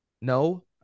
no